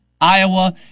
Iowa